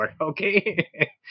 okay